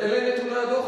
אלה הם נתוני הדוח,